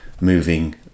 moving